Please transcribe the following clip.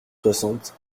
soixante